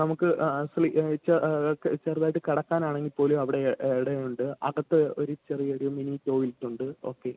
നമുക്ക് ചെറുതായിട്ട് കിടക്കാനാണെങ്കിൽപ്പോലും അവിടെ ഇടമുണ്ട് അകത്ത് ഒരു ചെറിയൊരു മിനി ടോയ്ലെറ്റുണ്ട് ഓക്കെ